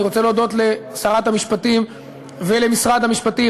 אני רוצה להודות לשרת המשפטים ולמשרד המשפטים.